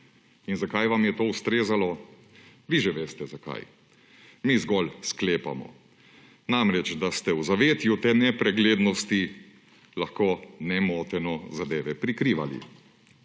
In zakaj vam je to ustrezalo? Vi že veste, zakaj. Mi zgolj sklepamo. Namreč, da ste v zavetju te nepreglednosti lahko nemoteno zadeve prikrivali.